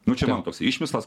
nu čia mano toksai išmislas